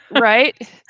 right